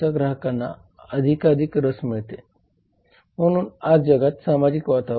ग्राहक संरक्षण कायदा 1986